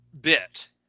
bit